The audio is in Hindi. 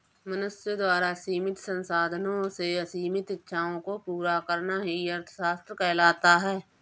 मनुष्य द्वारा सीमित संसाधनों से असीमित इच्छाओं को पूरा करना ही अर्थशास्त्र कहलाता है